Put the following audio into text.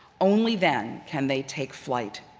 only then can they take flight.